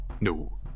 No